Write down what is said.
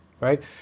right